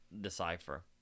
decipher